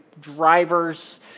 drivers